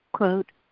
quote